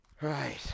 right